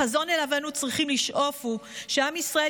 החזון שאליו אנו צריכים לשאוף הוא שעם ישראל